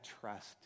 trust